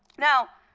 now